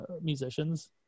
musicians